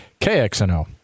KXNO